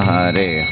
Hare